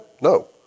No